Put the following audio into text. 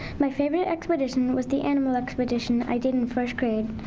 my favorite expedition was the animal expedition i did in first grade.